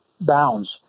bounds